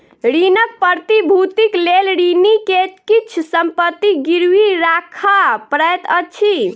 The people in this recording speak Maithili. ऋणक प्रतिभूतिक लेल ऋणी के किछ संपत्ति गिरवी राखअ पड़ैत अछि